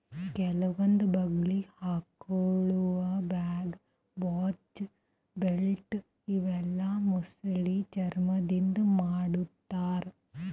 ಕೆಲವೊಂದ್ ಬಗಲಿಗ್ ಹಾಕೊಳ್ಳ ಬ್ಯಾಗ್, ವಾಚ್, ಬೆಲ್ಟ್ ಇವೆಲ್ಲಾ ಮೊಸಳಿ ಚರ್ಮಾದಿಂದ್ ಮಾಡ್ತಾರಾ